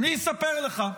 אני אספר לך.